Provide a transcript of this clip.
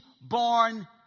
born